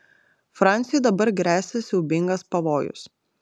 fransiui dabar gresia siaubingas pavojus